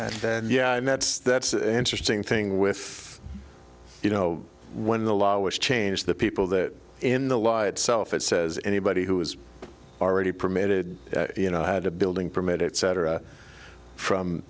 you yeah and that's the interesting thing with you know when the law was changed the people that in the law itself it says anybody who is already permitted you know had a building permit it cetera from